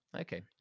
Okay